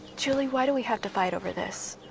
julie, why do we have to fight over this?